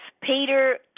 Peter